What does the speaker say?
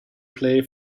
play